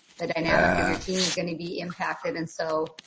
the dynamic of your team is going to be impacted. and so,